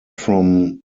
from